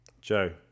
Joe